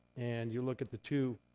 and you look at the two